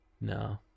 No